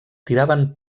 tiraven